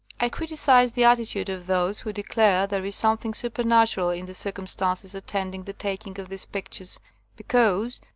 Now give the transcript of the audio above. i criticize the attitude of those who declared there is something super natural in the circumstances attending the taking of these pictures because,